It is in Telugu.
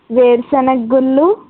వేరుశెనగ గుళ్ళు